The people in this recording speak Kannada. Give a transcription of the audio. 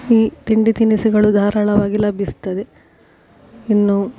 ಈ ತಿಂಡಿ ತಿನಿಸುಗಳು ಧಾರಾಳವಾಗಿ ಲಭಿಸ್ತದೆ ಇನ್ನು